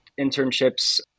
internships